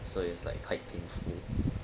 so is like quite painful